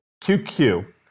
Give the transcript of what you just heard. QQ